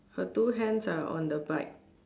her two hands are on the bike